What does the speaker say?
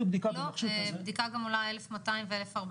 לא, בדיקה גם עולה 1,200 ו-1,400.